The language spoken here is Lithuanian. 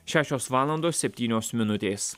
šešios valandos septynios minutės